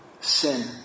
sin